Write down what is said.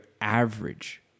average